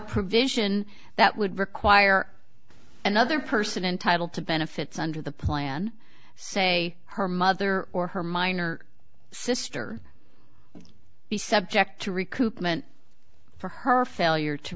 provision that would require another person entitled to benefits under the plan say her mother or her minor sister be subject to recoupment for her failure to